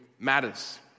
matters